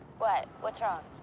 what? what's wrong?